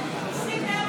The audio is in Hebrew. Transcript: שזה נושא חדש.